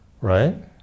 Right